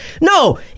No